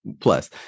plus